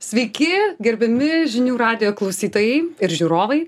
sveiki gerbiami žinių radijo klausytojai ir žiūrovai